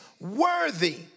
worthy